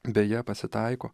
beje pasitaiko